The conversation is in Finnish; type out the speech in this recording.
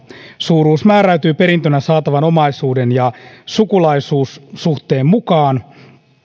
suuruus määräytyy perintönä saatavan omaisuuden ja sukulaisuussuhteen mukaan